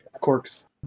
Corks